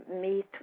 meet